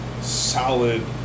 solid